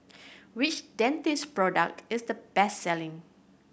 which Dentiste product is the best selling